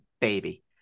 baby